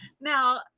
Now